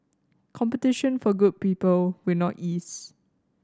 competition for good people will not ease